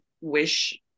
wish